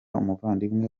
umuvandimwe